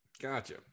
gotcha